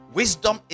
wisdom